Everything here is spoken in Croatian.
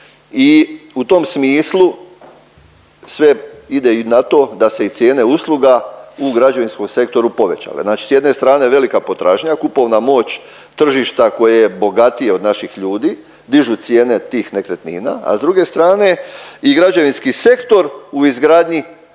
i u tom smislu sve ide i na to da se i cijene usluga u građevinskom sektoru povećale. Znači s jedne strane velika potražnja, kupovna moć tržišta koje je bogatije od naših ljudi dižu cijene tih nekretnina, a s druge strane i građevinski sektor u izgradnji